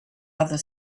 other